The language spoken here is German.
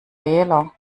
wähler